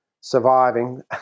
surviving